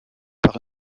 par